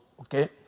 Okay